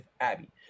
Abby